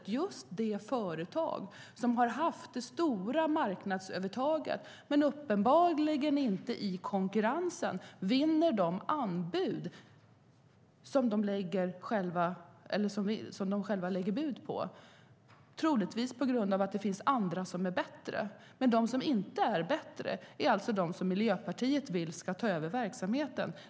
Det är just det företag som har haft det stora marknadsövertaget men uppenbarligen inte vinner i konkurrensen när de lägger anbud - troligtvis på grund av det finns andra som är bättre. De som inte är bättre är alltså de Miljöpartiet vill ska ta över verksamheten.